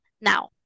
now